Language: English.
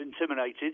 intimidated